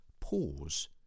pause